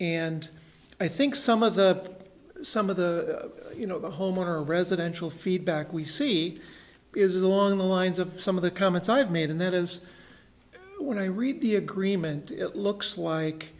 and i think some of the some of the you know the homeowner residential feedback we see is along the lines of some of the comments i've made and that is when i read the agreement it looks like